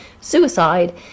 suicide